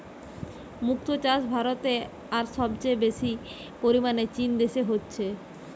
মুক্তো চাষ ভারতে আর সবচেয়ে বেশি পরিমাণে চীন দেশে হচ্ছে